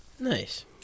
Nice